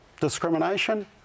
Discrimination